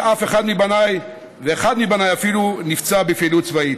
ואחד מבניי אפילו נפצע בפעילות צבאית.